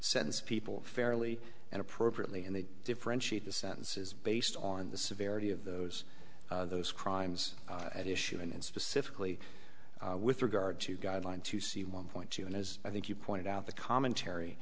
sentence people fairly and appropriately and they differentiate the sentences based on the severity of those those crimes at issue and specifically with regard to guidelines to see one point two and as i think you pointed out the commentary